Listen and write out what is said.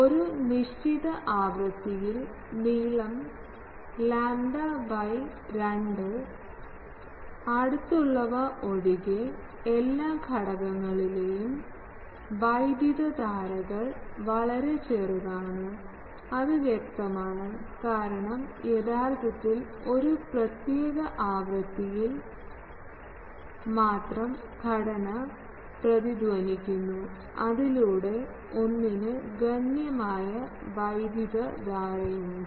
ഒരു നിശ്ചിത ആവൃത്തിയിൽ നീളം ലാംഡ by 2 അടുത്തുള്ളവ ഒഴികെ എല്ലാ ഘടകങ്ങളിലെയും വൈദ്യുതധാരകൾ വളരെ ചെറുതാണ് അത് വ്യക്തമാണ് കാരണം യഥാർത്ഥത്തിൽ ഒരു പ്രത്യേക ആവൃത്തിയിൽ ഒരു മാത്രം ഘടന പ്രതിധ്വനിക്കുന്നു അതിലൂടെ ഒന്നിന് ഗണ്യമായ വൈദ്യുതധാരയുണ്ട്